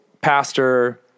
pastor –